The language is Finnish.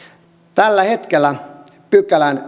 tällä hetkellä neljännenkymmenennentoisen pykälän